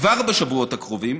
כבר בשבועות הקרובים,